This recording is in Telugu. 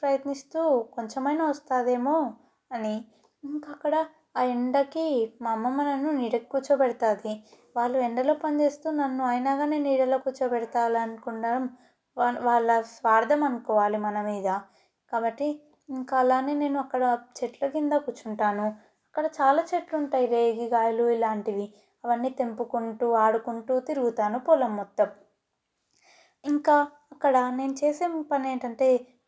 ప్రయత్నిస్తూ కొంచమైనా వస్తుందేమో అని ఇంకా అక్కడ ఆ ఎండకి మా అమ్మమ్మ నన్ను నీడకి కూర్చోబెడతుంది వాళ్ళు ఎండలో పనిచేస్తూ నన్ను అయినా కానీ నీడలో కూర్చోబెడుతూ అలా అనుకున్న వాళ్ళ వాళ్ళ స్వార్థం అనుకోవాలి మనము ఇగ కాబట్టి ఇంకా అలానే నేను అక్కడ చెట్ల క్రింద కూర్చుంటాను అక్కడ చాలా చెట్లు ఉంటాయి రేగి కాయలు ఇలాంటివి అవన్నీ తెంపుకుంటూ ఆడుకుంటూ తిరుగుతాను పొలం మొత్తం ఇంకా అక్కడ నేను చేసే పని ఏంటంటే